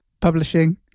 Publishing